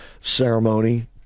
ceremony